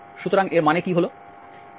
সুতরাং এর মানে কি হলো